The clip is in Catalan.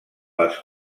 les